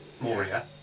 Moria